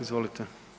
Izvolite.